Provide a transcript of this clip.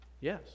yes